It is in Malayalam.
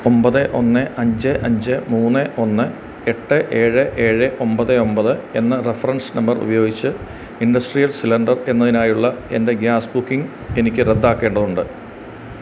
ഒൻപത് ഒന്ന് അഞ്ച് അഞ്ച് മൂന്ന് ഒന്ന് എട്ട് ഏഴ് ഏഴ് ഒൻപത് ഒൻപത് എന്ന റഫറൻസ് നമ്പർ ഉപയോഗിച്ച് ഇൻഡസ്ട്രിയൽ സിലിണ്ടർ എന്നതിനായുള്ള എൻ്റെ ഗ്യാസ് ബുക്കിംഗ് എനിക്ക് റദ്ദാക്കേണ്ടതുണ്ട്